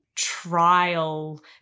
trial